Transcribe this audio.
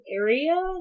area